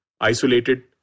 isolated